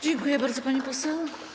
Dziękuję bardzo, pani poseł.